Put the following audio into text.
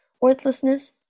worthlessness